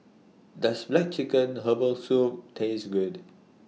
Does Black Chicken Herbal Soup Taste Good